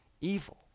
evil